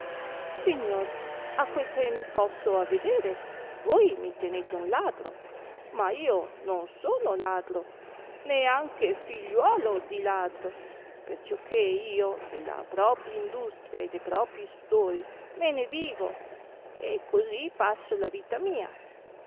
signor a quel che mi posso avedere voi mi tenete un ladro ma io non sono ladro né anche figliuolo di ladro perciò che io della propia industria e de propi sudori me ne vivo e così passo la vita mia